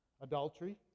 Adultery